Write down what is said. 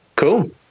Cool